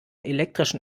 elektrischen